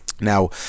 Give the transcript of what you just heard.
Now